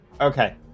Okay